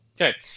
Okay